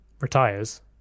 retires